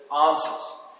answers